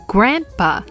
Grandpa